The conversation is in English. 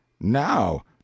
Now